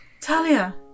Talia